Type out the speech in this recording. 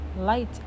light